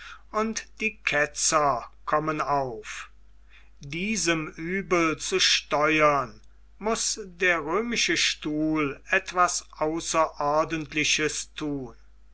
und die ketzer kommen auf diesem uebel zu steuern muß der römische stuhl etwas außerordentliches thun